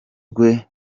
rwe